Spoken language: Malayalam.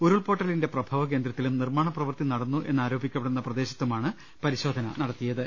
ഉരുൾപൊട്ടലിന്റെ പ്രഭ വകേന്ദ്രത്തിലും നിർമ്മാണ പ്രവൃത്തി നടന്നു എന്നാരോപിക്കപ്പെടുന്ന് പ്രദേ ശത്തുമാണ് പരിശോധന നടത്തിയത്